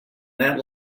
that